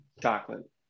Chocolate